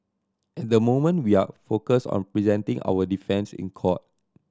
and the moment we are focused on presenting our defence in court